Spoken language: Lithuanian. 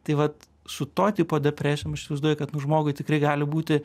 tai vat su to tipo depresijom aš įsivaizduoju kad nu žmogui tikrai gali būti